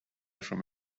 from